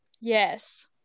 Yes